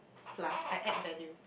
plus I add value